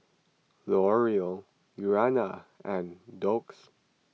L'Oreal Urana and Doux